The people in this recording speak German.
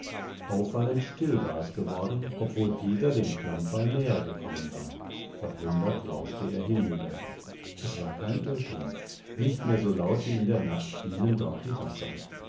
auffallend still war es geworden obwohl peter dem klammfall nähergekommen war verwundert lauschte er hinüber es war kein irrtum nicht mehr so laut wie in der nacht fielen dort die wasser